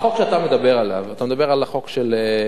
החוק שאתה מדבר עליו, אתה מדבר על החוק ההוא.